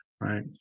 right